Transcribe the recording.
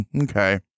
okay